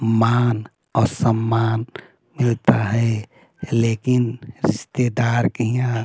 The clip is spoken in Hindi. मान और सम्मान मिलता है लेकिन रिश्तेदार के यहाँ